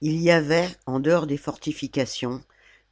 ii y avait en dehors des fortifications